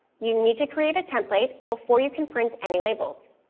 you need to create a template before you can print any labels.